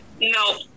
No